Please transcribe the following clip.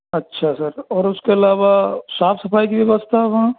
अच्छा सर और उसके अलावा साफ सफाई की व्यवस्था वहाँ